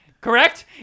correct